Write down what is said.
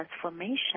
transformation